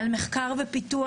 המחקר והפיתוח.